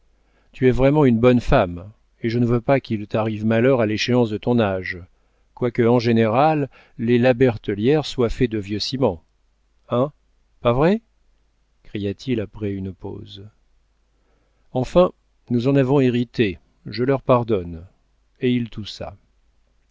tu es vraiment une bonne femme et je ne veux pas qu'il t'arrive malheur à l'échéance de ton âge quoique en général les la bertellière soient faits de vieux ciment hein pas vrai cria-t-il après une pause enfin nous en avons hérité je leur pardonne et il toussa